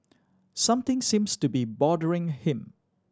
something seems to be bothering him